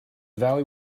valley